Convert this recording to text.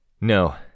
No